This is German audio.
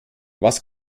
was